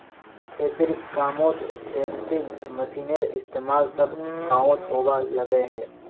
खेतिर कामोत थ्रेसिंग मशिनेर इस्तेमाल सब गाओंत होवा लग्याहा